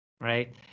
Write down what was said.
right